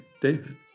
David